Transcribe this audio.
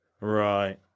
Right